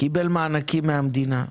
וקיבל מענקים מהמדינה.